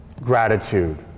Gratitude